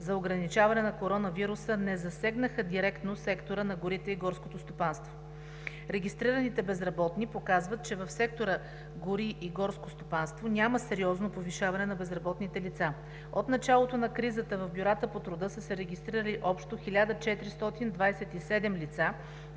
за ограничаване на коронавируса не засегнаха директно Сектора на горите и горското стопанство. Регистрираните безработни показват, че в сектора „Гори и горско стопанство“ няма сериозно повишаване на безработните лица. От началото на кризата в бюрата по труда са се регистрирали общо 1427 лица,